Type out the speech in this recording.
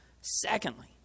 Secondly